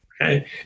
Okay